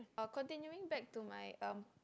uh continuing back to my um